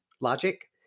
Logic